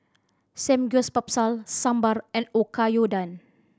Samgyeopsal Sambar and Oyakodon